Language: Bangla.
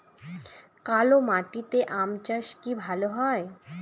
কালো মাটিতে আম চাষ কি ভালো হয়?